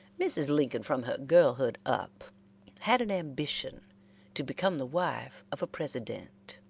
mrs. lincoln from her girlhood up had an ambition to become the wife of a president.